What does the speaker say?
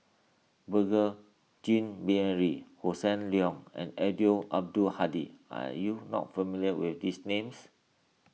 Beurel Jean Marie Hossan Leong and Eddino Abdul Hadi are you not familiar with these names